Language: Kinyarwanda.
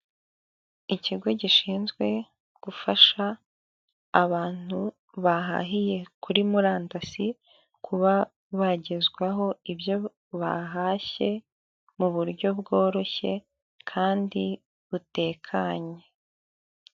Ikigo gishinzwe gufasha abantu bahahiye kuri murandasi kuba bagezwaho ibyo bahashye mu buryo bworoshye kandi butekanye .